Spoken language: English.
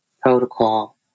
protocol